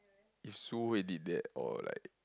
it's Su-Hui who did that or like